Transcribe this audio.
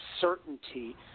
certainty